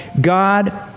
God